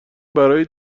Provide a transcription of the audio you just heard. برای